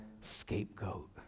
scapegoat